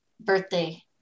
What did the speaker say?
birthday